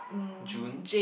June